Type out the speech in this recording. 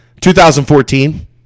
2014